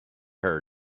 her